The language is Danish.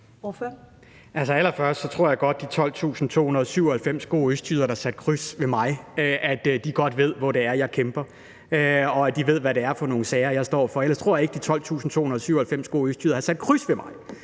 sige, at jeg tror, at de 12.297 gode østjyder, der satte kryds ved mig, godt ved, hvor det er, jeg kæmper, og at de ved, hvad det er for nogle sager, jeg står for. Ellers tror jeg ikke, at de 12.297 gode østjyder havde sat kryds ved mig.